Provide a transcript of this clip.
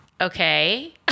okay